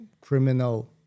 criminal